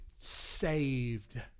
saved